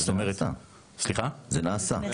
זה נעשה.